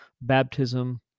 baptism